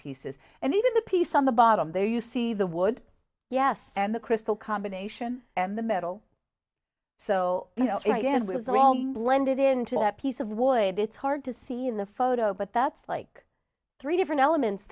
pieces and even the piece on the bottom there you see the wood yes and the crystal combination and the metal so you know i guess i was wrong blended into that piece of wood it's hard to see in the photo but that's like three different elements